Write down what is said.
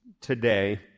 today